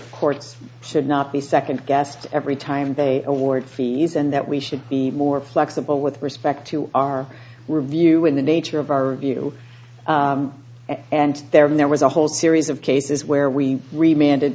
courts should not be second guessed every time they award fees and that we should be more flexible with respect to our review in the nature of our view and there and there was a whole series of cases where we remained